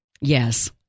Yes